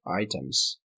items